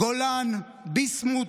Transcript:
גולן, ביסמוט,